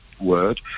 word